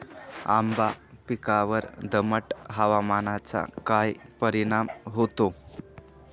आंबा पिकावर दमट हवामानाचा काय परिणाम होतो?